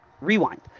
rewind